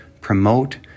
promote